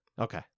Okay